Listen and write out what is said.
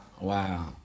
Wow